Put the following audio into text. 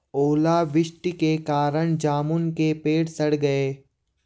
ओला वृष्टि के कारण जामुन के पेड़ सड़ गए